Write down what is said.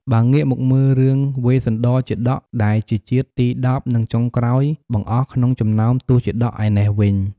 បើងាកមកមើលរឿងវេស្សន្តរជាតកដែលជាជាតិទី១០ និងចុងក្រោយបង្អស់ក្នុងចំណោមទសជាតកឯណេះវិញ។